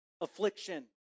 affliction